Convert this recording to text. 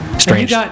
Strange